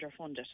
underfunded